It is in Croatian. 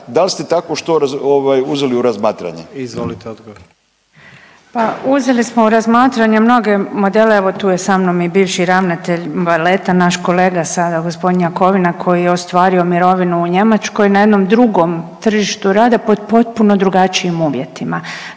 Izvolite odgovor. **Obuljen Koržinek, Nina (HDZ)** Pa uzeli smo u razmatranje mnoge modele, evo tu je sa mnom i bivši ravnatelj baleta naš kolega sada gospodin Jakovina koji je ostvario mirovinu u Njemačkoj na jednom drugom tržištu rada pod potpuno drugačijim uvjetima.